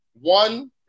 One